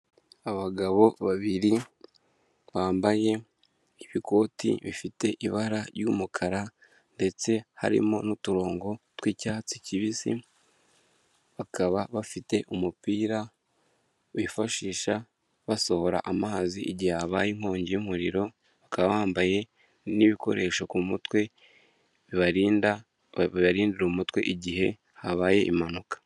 Abagabo babiri bambaye ibikoti bifite ibara ry'umukara ndetse harimo n'uturongo tw'icyatsi kibisi bakaba bafite umupira bifashisha basohora amazi igihe habaye inkongi y'umuriro bakaba bambaye n'ibikoresho ku mutwe barindira umutwe igihe habaye impanuka.